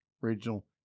regional